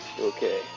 Okay